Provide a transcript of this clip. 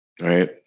Right